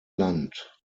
land